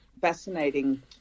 fascinating